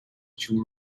two